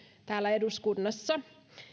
täällä eduskunnassa